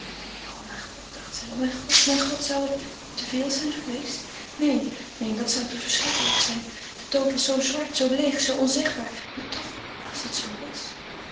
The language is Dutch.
o mijn god dacht ze mijn god mijn god zou het te veel zijn geweest neen neen dat zou te verschrikkelijk zijn de dood was zoo zwart zoo leêg zoo onzegbaar maar toch als het zoo was